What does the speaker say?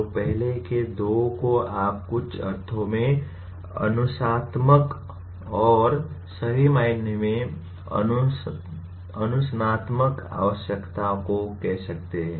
तो पहले के दो को आप कुछ अर्थों में अनुशासनात्मक और सही मायने में अनुशासनात्मक आवश्यकताओं कह सकते हो